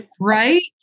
Right